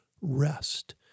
rest